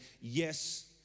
yes